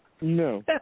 No